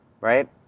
right